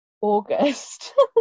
August